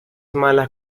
malas